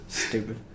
stupid